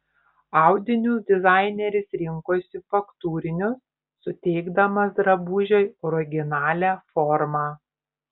audinius dizaineris rinkosi faktūrinius suteikdamas drabužiui originalią formą